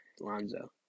Lonzo